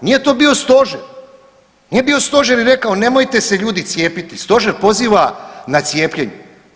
Nije to bio stožer, nije bio stožer i rekao nemojte se ljudi cijepiti, stožer poziva na cijepljenje.